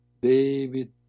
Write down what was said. David